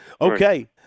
Okay